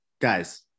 guys